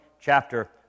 chapter